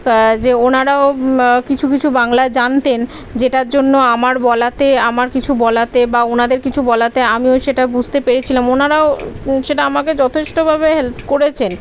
তা যে ওনারাও কিছু কিছু বাংলা জানতেন যেটার জন্য আমার বলাতে আমার কিছু বলাতে বা ওনাদের কিছু বলাতে আমিও সেটা বুঝতে পেরেছিলাম ওনারাও সেটা আমাকে যথেষ্টভাবে হেল্প করেছেন